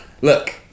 Look